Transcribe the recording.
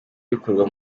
bikorwa